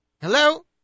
Hello